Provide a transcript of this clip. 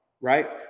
right